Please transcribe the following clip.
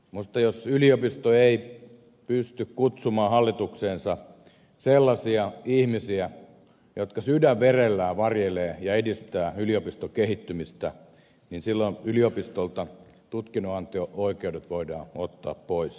jos yliopisto ei pysty kutsumaan hallitukseensa sellaisia ihmisiä jotka sydänverellään varjelevat ja edistävät yliopiston kehittymistä niin silloin yliopistolta tutkinnonanto oikeudet voidaan ottaa pois